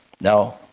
No